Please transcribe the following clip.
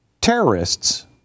terrorists